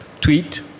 tweet